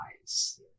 eyes